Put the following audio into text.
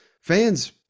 fans